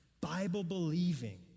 Bible-believing